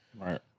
Right